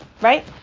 right